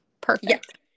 Perfect